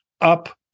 Up